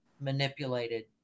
manipulated